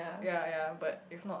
yea yea but if not